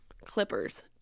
clippers